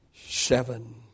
seven